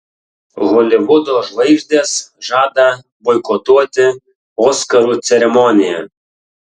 holivudo žvaigždės žada boikotuoti oskarų ceremoniją